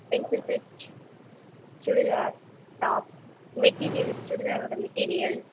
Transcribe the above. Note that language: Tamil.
pencil fit churidar top material சுடிதாரோட மெட்டீரியல்